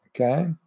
Okay